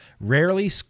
rarely